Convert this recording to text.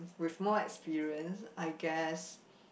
with more experience I guess